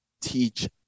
teach